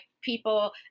people